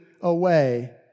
away